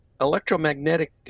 electromagnetic